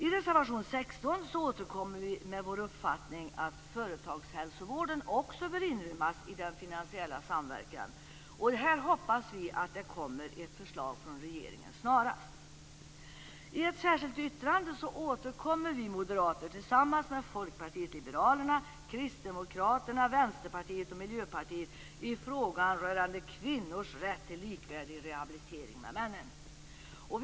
I reservation 16 återkommer vi med vår uppfattning att också företagshälsovården bör inrymmas i den finansiella samverkan, och vi hoppas att det snarast kommer ett förslag från regeringen om detta. I ett särskilt yttrande återkommer vi moderater tillsammans med Folkpartiet liberalerna, Kristdemokraterna, Vänsterpartiet och Miljöpartiet till frågan om kvinnors rätt till likvärdig rehabilitering jämfört med männen.